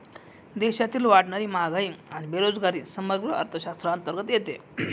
देशातील वाढणारी महागाई आणि बेरोजगारी समग्र अर्थशास्त्राअंतर्गत येते